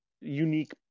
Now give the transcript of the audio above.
unique